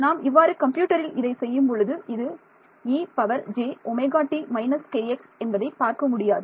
நாம் இவ்வாறு கம்ப்யூட்டரில் இதை செய்யும் பொழுது இது ejωt−kx என்பதை பார்க்க முடியாது